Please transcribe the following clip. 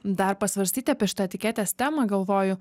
dar pasvarstyti apie šitą etiketės temą galvoju